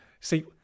See